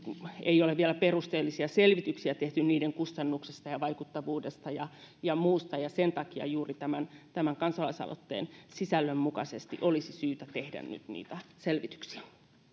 ei ole vielä perusteellisia selvityksiä tehty niiden kustannuksista ja vaikuttavuudesta ja ja muusta ja sen takia juuri tämän tämän kansalaisaloitteen sisällön mukaisesti olisi syytä tehdä nyt niitä selvityksiä